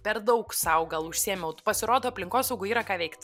per daug sau gal užsiėmiau pasirodo aplinkosaugoj yra ką veikt